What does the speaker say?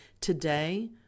today